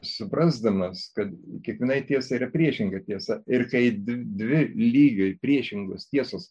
suprasdamas kad kiekvienai tiesa yra priešinga tiesa ir kai di dvi lygiai priešingos tiesos